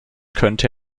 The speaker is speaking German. könnte